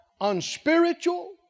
unspiritual